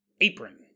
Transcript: apron